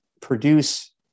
produce